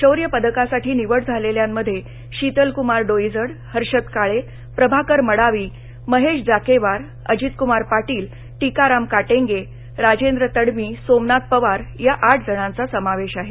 शौर्य पदकासाठी निवड झालेल्यांध्ये शितलक्मार डोईजड हर्षद काळे प्रभाकर मडावी महेश जाकेवार अजितकुमार पाटील टिकाराम काटेंगे राजेंद्र तडमी सोमनाथ पवार या आठ जणांचा समावेश आहे